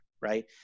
right